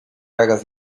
hagas